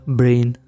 brain